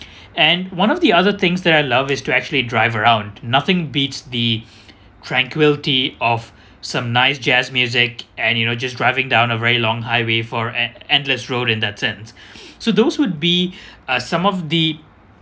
and one of the other things that I love is to actually drive around nothing beats the tranquillity of some nice jazz music and you know just driving down a very long highway for end~ endless road in that sense so those would be uh some of the